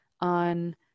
on